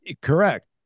Correct